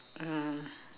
uh